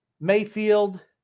Mayfield